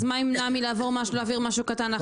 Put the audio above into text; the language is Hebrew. אז מה ימנע מלהעביר משהו קטן אחר כך?